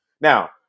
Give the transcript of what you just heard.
Now